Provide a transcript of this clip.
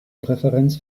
präferenz